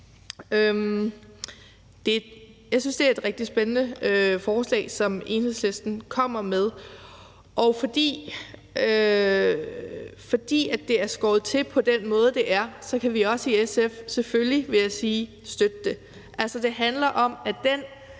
Jeg synes, at det er et rigtig spændende forslag, som Enhedslisten kommer med, og fordi det er skåret til på den måde, det er, kan vi selvfølgelig også i SFstøtte det.